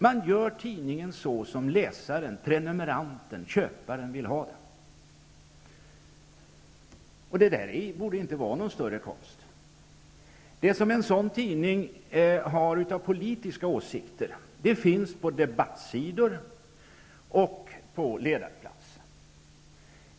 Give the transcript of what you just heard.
Man gör tidningen såsom läsaren, prenumeranten, köparen, vill ha den. Detta borde inte vara någon större konst. Det som en sådan tidning har av politiska åsikter finns på debattsidor och på ledarplats.